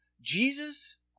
Jesus